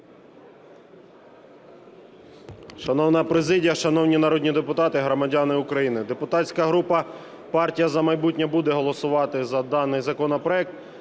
Шановна президія, шановні народні депутати, громадяни України! Депутатська група "Партія "За майбутнє" буде голосувати за даний законопроект